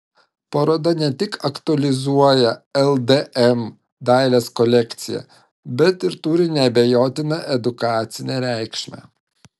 paroda ne tik aktualizuoja ldm dailės kolekciją bet ir turi neabejotiną edukacinę reikšmę